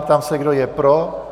Ptám se, kdo je pro.